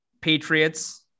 Patriots